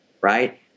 right